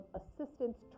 assistance